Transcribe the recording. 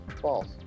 False